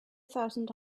thousand